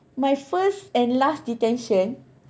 my first and last detention